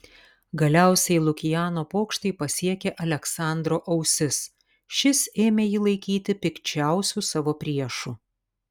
galiausiai lukiano pokštai pasiekė aleksandro ausis šis ėmė jį laikyti pikčiausiu savo priešu